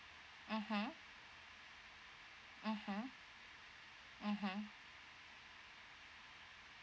mmhmm mmhmm mmhmm